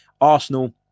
Arsenal